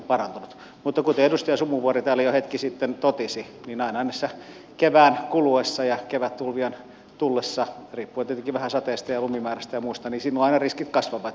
mutta kuten edustaja sumuvuori täällä jo hetki sitten totesi niin ainahan näin kevään kuluessa ja kevättulvien tullessa riippuen tietenkin vähän sateista ja lumimäärästä ja muusta riskit kasvavat